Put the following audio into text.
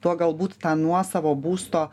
tuo galbūt tą nuosavo būsto